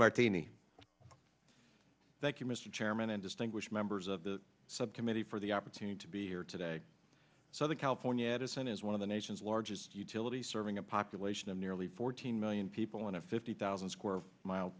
martini thank you mr chairman and distinguished members of the subcommittee for the opportunity to be here today so the california edison is one of the nation's largest utilities serving a population of nearly fourteen million people and fifty thousand square mile